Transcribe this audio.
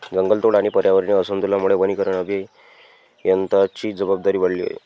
जंगलतोड आणि पर्यावरणीय असंतुलनामुळे वनीकरण अभियंत्यांची जबाबदारी वाढली आहे